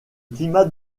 climat